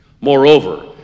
Moreover